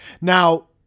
Now